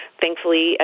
thankfully